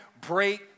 Break